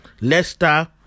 Leicester